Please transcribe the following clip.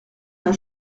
d’un